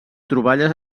troballes